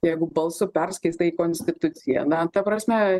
jeigu balsu perskaitai konstituciją na ta prasme